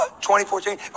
2014